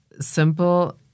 simple